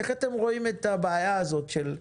איך אתם רואים את הבעיה הזאת של ההיקף?